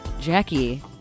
Jackie